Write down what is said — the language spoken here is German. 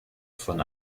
von